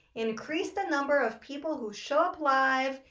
increase the number of people who show up live,